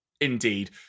indeed